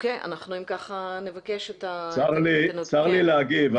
צר לי להגיב.